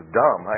dumb